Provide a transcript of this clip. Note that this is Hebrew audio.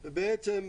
ובעצם,